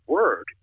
Word